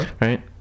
Right